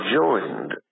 joined